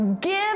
give